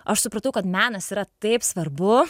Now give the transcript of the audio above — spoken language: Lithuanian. aš supratau kad menas yra taip svarbu